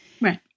Right